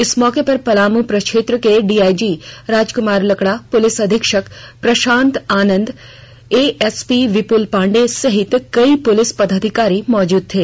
इस मौके पर पलामू प्रक्षेत्र के डीआईजी राजकुमार लकड़ा पुलिस अधीक्षक प्रशांत आनंद एएसपी विपुल पांडेय सहित कई पुलिस पदाधिकारी मौजूद थे